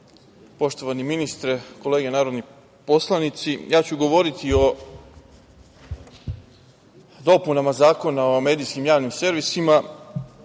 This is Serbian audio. poštovani ministre, kolege narodni poslanici, ja ću govoriti o dopunama Zakona o medijskim javnim servisima,